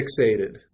fixated